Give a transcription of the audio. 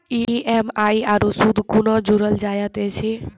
EMI आरू सूद कूना जोड़लऽ जायत ऐछि?